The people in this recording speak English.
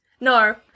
No